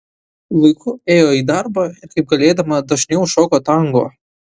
laiku ėjo į darbą ir kaip galėdama dažniau šoko tango